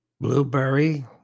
Blueberry